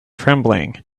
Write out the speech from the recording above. trembling